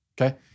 okay